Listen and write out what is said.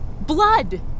Blood